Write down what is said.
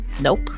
nope